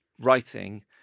writing